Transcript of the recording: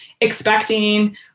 expecting